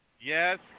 Yes